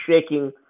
shaking